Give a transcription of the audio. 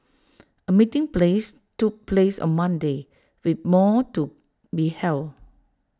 A meeting place took place on Monday with more to be held